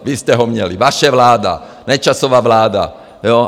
Vy jste ho měli, vaše vláda, Nečasova vláda, jo.